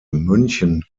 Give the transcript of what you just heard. münchen